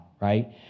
right